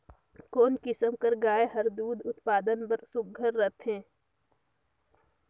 कोन किसम कर गाय हर दूध उत्पादन बर सुघ्घर रथे?